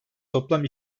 toplam